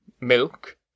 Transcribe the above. milk